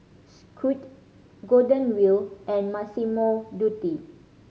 Scoot Golden Wheel and Massimo Dutti